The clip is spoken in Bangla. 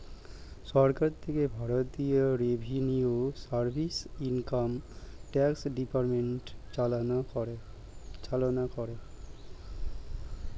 সরকার থেকে ভারতীয় revenue service, income tax department চালনা করে